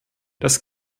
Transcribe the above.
das